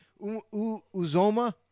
Uzoma